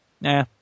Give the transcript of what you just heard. nah